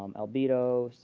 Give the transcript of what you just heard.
um albedo, so